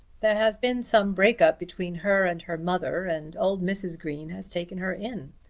there has been some break up between her and her mother, and old mrs. green has taken her in.